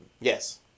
Yes